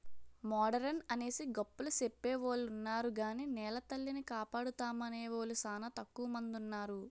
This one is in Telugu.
మోడరన్ అనేసి గొప్పలు సెప్పెవొలున్నారు గాని నెలతల్లిని కాపాడుతామనేవూలు సానా తక్కువ మందున్నారు